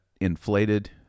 inflated